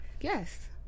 Yes